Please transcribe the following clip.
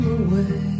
away